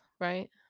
right